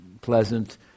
pleasant